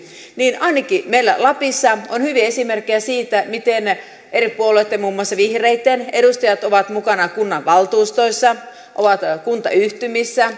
ainakin meillä lapissa on hyviä esimerkkejä siitä miten eri puolueitten muun muassa vihreitten edustajat ovat mukana kunnanvaltuustoissa ovat kuntayhtymissä